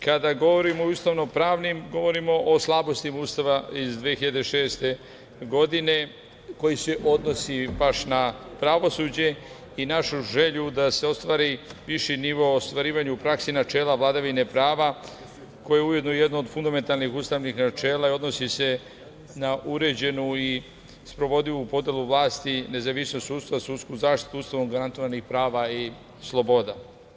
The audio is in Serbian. Kada govorimo o ustavno-pravnim, govorimo o slabosti Ustava iz 2006. godine, koji se odnosi baš na pravosuđe i našu želju da se ostvari viši nivo ostvarivanja u praksi načela vladavine prava, koje je ujedno jedno od fundamentalnih ustavnih načela i odnosi se na uređenu i sprovodljivu podelu vlasti, nezavisnosti sudstva, sudsku zaštitu Ustavom garantovanih prava i sloboda.